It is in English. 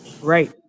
Right